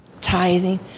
Tithing